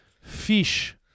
Fish